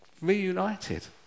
reunited